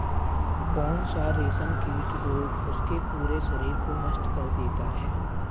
कौन सा रेशमकीट रोग उसके पूरे शरीर को नष्ट कर देता है?